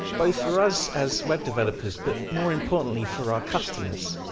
both for us as web developers, but, more importantly, for our customers.